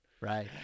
Right